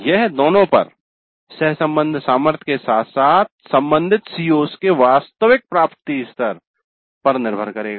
यह दोनों पर सहसंबंध सामर्थ्य के साथ साथ संबंधित CO's के वास्तविक प्राप्ति स्तर पर निर्भर करेगा